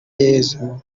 yesu